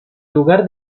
lugar